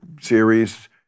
series